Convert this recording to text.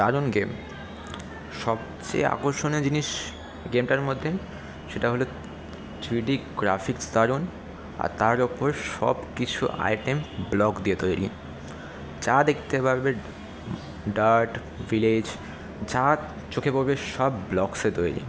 দারুণ গেম সবচেয়ে আকর্ষণীয় জিনিস গেমটার মধ্যে সেটা হলো থ্রিডি গ্রাফিক্স দারুণ আর তার ওপর সবকিছু আইটেম ব্লক দিয়ে তৈরি যা দেখতে পারবে ডার্ট ভিলেজ যা চোখে পড়বে সব ব্লক্সে তৈরি